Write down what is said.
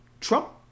Trump